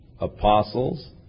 apostles